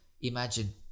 imagine